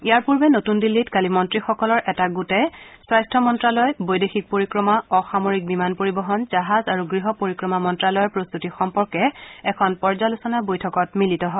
ইয়াৰ পূৰ্বে নতুন দিল্লীত কালি মন্ত্ৰীসকলৰ এটা গোটে স্বাস্থ্য মন্ত্ৰালয় বৈদেশিক পৰিক্ৰমা অসামৰিক বিমান পৰিবহণ জাহাজ আৰু গৃহ পৰিক্ৰমা মন্তালয়ৰ প্ৰস্তুতি সম্পৰ্কে এখন পৰ্য্যালোচনা বৈঠকত মিলিত হয়